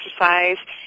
exercise